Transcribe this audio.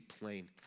plain